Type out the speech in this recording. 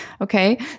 Okay